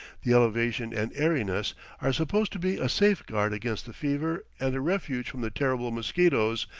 the elevation and airiness are supposed to be a safeguard against the fever and a refuge from the terrible mosquitoes,